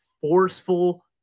forceful